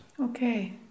Okay